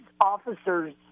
officers